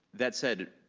that said,